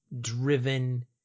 driven